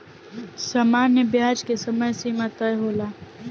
सामान्य ब्याज के समय सीमा तय होला